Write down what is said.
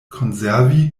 konservi